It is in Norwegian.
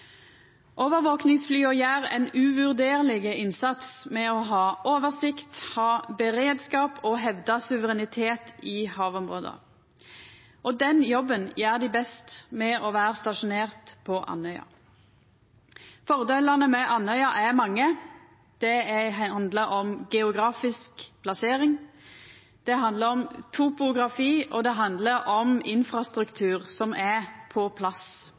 Overvakingsflya gjer ein uvurderleg innsats med å ha oversikt og beredskap og hevda suverenitet i havområde. Den jobben gjer dei best ved å vera stasjonerte på Andøya. Fordelane med Andøya er mange. Det handlar om geografisk plassering, det handlar om topografi, og det handlar om infrastruktur som er på plass